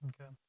Okay